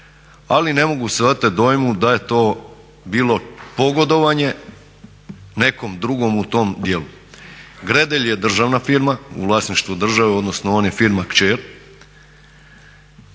ali ne mogu se oteti dojmu da je to bilo pogodovanje nekom drugom u tom dijelu. Gredelj je državna firma, u vlasništvu države odnosno on je firma kćer